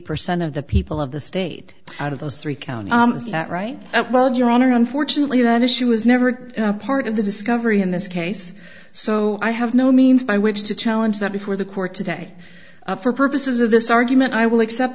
percent of the people of the state out of those three counties that right that well your honor unfortunately that is she was never part of the discovery in this case so i have no means by which to challenge that before the court today for purposes of this argument i will accept